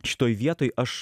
šitoj vietoj aš